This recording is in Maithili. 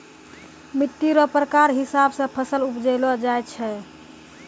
मिट्टी रो प्रकार हिसाब से फसल उपजैलो जाय छै